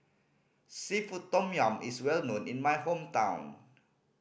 seafood tom yum is well known in my hometown